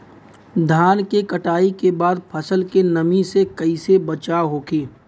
धान के कटाई के बाद फसल के नमी से कइसे बचाव होखि?